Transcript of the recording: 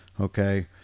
okay